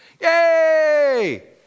yay